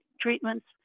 treatments